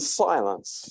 silence